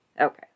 Okay